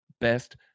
best